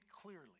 clearly